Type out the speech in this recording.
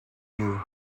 you